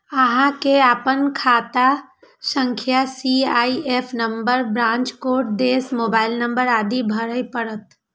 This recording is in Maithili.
अहां कें अपन खाता संख्या, सी.आई.एफ नंबर, ब्रांच कोड, देश, मोबाइल नंबर आदि भरय पड़त